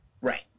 Right